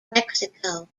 mexico